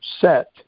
set